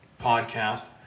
podcast